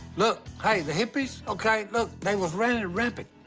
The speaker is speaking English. look, hey, the hippies, okay? look, they was running rampant,